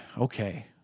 Okay